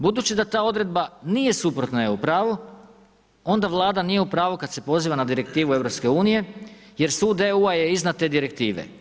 Budući da ta odredba nije suprotna EU pravu onda Vlada nije u pravu kada se poziva na direktivu EU, jer Sud EU-a je iznad te direktive.